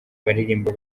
baririmba